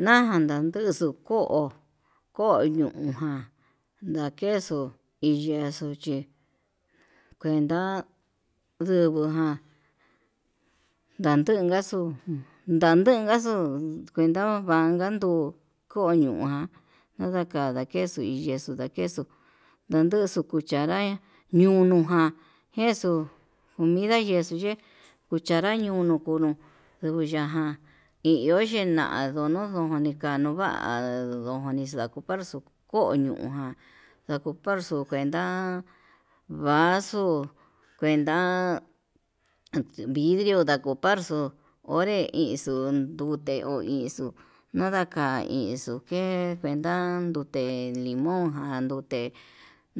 Naján ndaduxuu ko'o, ko'o ñuu ján ndakexo chí kuenta ndibujan ndandunkaxu, ndadunkaxu kuenta vanka tuu koñoján nadakexo hí yexuu ndakexu ndaduxu kuchanra yunduján jexuu comida yexuu ye'é kuchanra ñunu kunu ndungu ya'á ján, hi iho yenado no'o ndojono ka'a no'o va'a ndojoni xakuu parxu koñuján ndakuparxu cuenta vaso cuenta vidrio parxo onré irxo'o, ndute ho ixo'o nadaka ixo'o k'e cuenta ndan ndute limón ján ndute